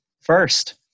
first